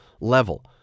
level